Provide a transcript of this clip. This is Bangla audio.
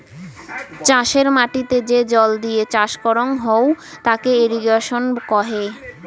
চাষের মাটিতে যে জল দিয়ে চাষ করং হউ তাকে ইরিগেশন কহে